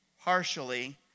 partially